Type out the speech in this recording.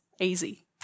easy